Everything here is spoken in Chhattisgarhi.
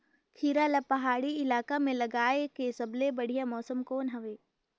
खीरा ला पहाड़ी इलाका मां लगाय के सबले बढ़िया मौसम कोन हवे?